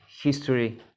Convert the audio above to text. history